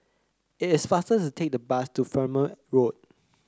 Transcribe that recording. it is faster to take the bus to Fernvale Road